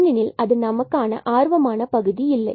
ஏனெனில் அது நமக்கான ஆர்வமான பகுதி இல்லை